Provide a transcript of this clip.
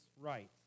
right